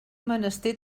menester